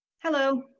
Hello